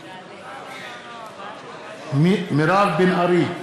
בעד מירב בן ארי,